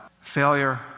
failure